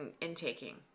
intaking